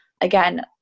Again